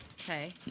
Okay